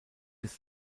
ist